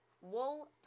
Wool